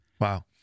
Wow